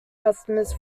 customers